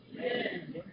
Amen